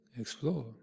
explore